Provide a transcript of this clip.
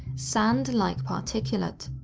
sand-like particulate.